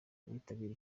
bitabiriye